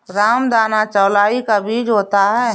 रामदाना चौलाई का बीज होता है